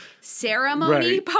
ceremony